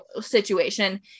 situation